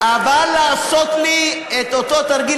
אבל לעשות לי את אותו תרגיל,